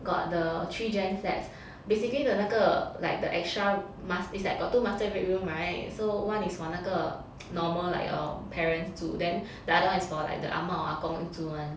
got the three gen flats basically the 那个 like the extra mast~ is like got two master bedroom [right] so one is for 那个 normal like um parents 住 then the other one is like the ah ma or ah gong 住 [one]